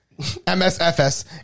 MSFS